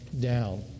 down